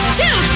two